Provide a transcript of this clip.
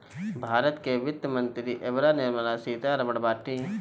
भारत के वित्त मंत्री एबेरा निर्मला सीता रमण बाटी